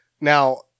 Now